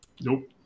Nope